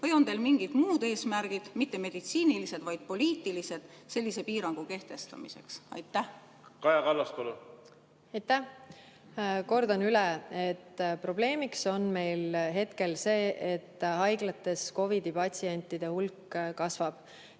või on teil mingid muud eesmärgid, mitte meditsiinilised, vaid poliitilised, sellise piirangu kehtestamiseks? Kaja Kallas, palun! Kaja Kallas, palun! Aitäh! Kordan üle, et probleemiks on meil hetkel see, et haiglates COVID‑i patsientide hulk kasvab.